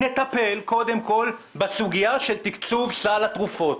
בואו נטפל קודם כל בסוגיה של תקצוב סל התרופות,